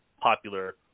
popular